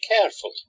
careful